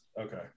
Okay